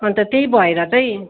अन्त त्यही भएर चाहिँ